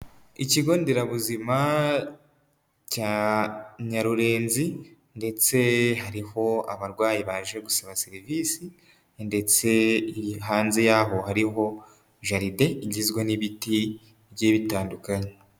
Ikigo nderabuzima cya Nyarurenzi ndetse hariho abarwayi baje gusaba serivisi ndetse hanze yaho hariho jaride igizwe n'ibiti bigiye bitandukanye.